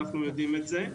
ואנחנו יודעים את זה,